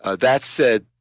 ah that said,